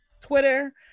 Twitter